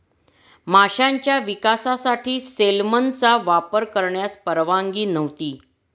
माशांच्या विकासासाठी सेलमनचा वापर करण्यास परवानगी नव्हती